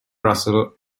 russell